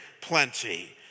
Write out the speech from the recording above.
plenty